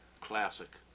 classic